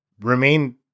remain